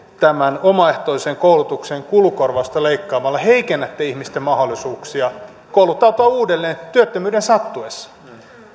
tämän omaehtoisen koulutuksen kulukorvausta leikkaamalla heikennätte ihmisten mahdollisuuksia kouluttautua uudelleen työttömyyden sattuessa